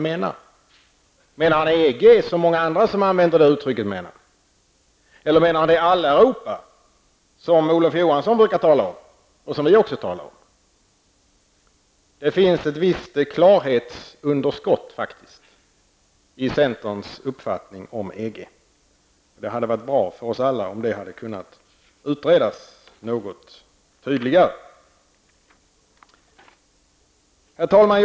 Menar han EG, som så många andra som använder det uttrycket gör? Menar han i stället det Alleuropa som Olof Johansson brukar tala om och som vi också talar om? Det finns ett visst klarhetsunderskott i centerns uppfattning om EG. Det hade varit bra för oss alla om det hade kunnat utredas något tydligare. Herr talman!